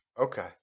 okay